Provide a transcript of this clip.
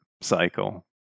cycle